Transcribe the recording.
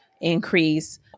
increase